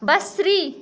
بصری